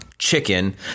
chicken